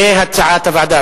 כהצעת הוועדה,